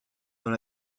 dans